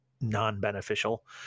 non-beneficial